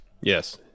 Yes